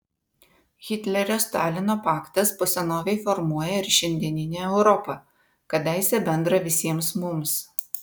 hitlerio stalino paktas po senovei formuoja ir šiandieninę europą kadaise bendrą visiems mums